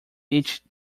each